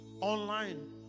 Online